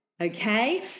okay